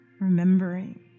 remembering